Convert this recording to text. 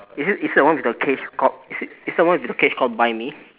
is it it's the one with the cage called is it is it the one with the cage called buy me